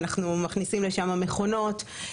שאנחנו מכניסים לשם מכונות.